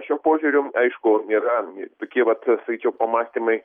šiuo požiūriu aišku yra tokie vat sakyčiau pamąstymai